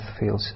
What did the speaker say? feels